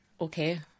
okay